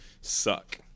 suck